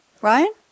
Ryan